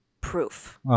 proof